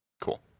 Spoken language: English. Cool